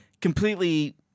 completely